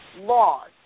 laws